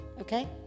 okay